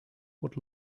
what